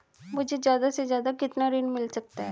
मुझे ज्यादा से ज्यादा कितना ऋण मिल सकता है?